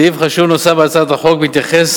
סעיף חשוב נוסף בהצעת החוק מתייחס